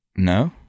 No